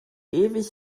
ewig